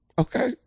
Okay